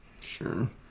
Sure